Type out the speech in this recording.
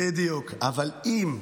בדיוק, אבל אם,